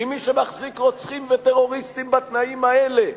כי מי שמחזיק רוצחים וטרוריסטים בתנאים האלה,